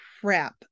crap